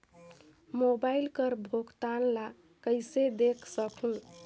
Mobile कर भुगतान ला कइसे देख सकहुं?